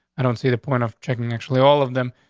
i don't see the point of checking, actually, all of them.